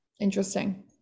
Interesting